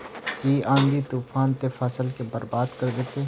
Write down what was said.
इ आँधी तूफान ते फसल के बर्बाद कर देते?